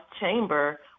chamber